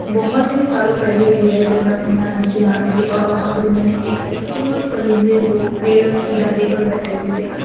بہت ہی سالوں پہلے کی ہے جب میں اپنی نانی کے یہاں تھی اور وہاں پر میں نے ایک خوبصورت پرندے کو پیڑ کی ڈالی پر بیٹھے ہوئے دیکھا تھا